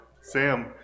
Sam